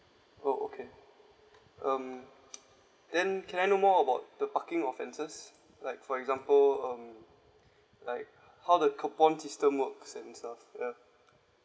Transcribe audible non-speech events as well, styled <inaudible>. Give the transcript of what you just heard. oh okay um <noise> then can I know more about the parking offences like for example um like how the coupon system works and the stuff ya